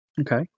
Okay